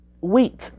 wheat